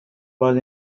was